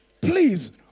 please